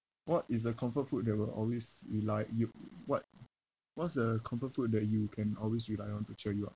what is a comfort food that will always rely you what what's a comfort food that you can always rely on to cheer you up